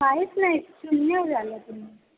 काहीच नाही शून्य झालं आहे पूर्ण